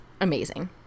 amazing